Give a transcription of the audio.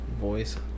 voice